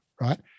right